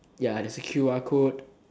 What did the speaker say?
ya there's a q_r code